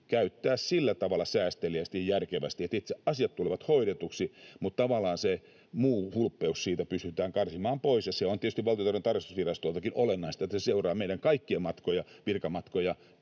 käyttää sillä tavalla säästeliäästi ja järkevästi, että itse asiat tulevat hoidetuksi mutta tavallaan se muu hulppeus siitä pystytään karsimaan pois. On tietysti Valtiontalouden tarkastusvirastolta olennaista, että se seuraa meidän kaikkien virkamatkoja